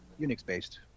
Unix-based